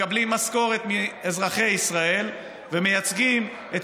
מקבלים משכורת מאזרחי ישראל ומייצגים את